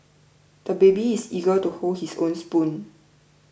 the baby is eager to hold his own spoon